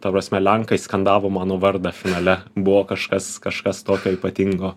ta prasme lenkai skandavo mano vardą finale buvo kažkas kažkas tokio ypatingo